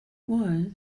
was